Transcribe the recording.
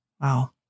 Wow